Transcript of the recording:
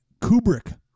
Kubrick